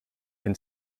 can